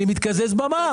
אני מתקזז במע"מ.